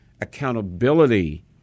accountability